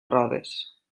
rodes